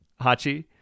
Hachi